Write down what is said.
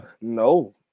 No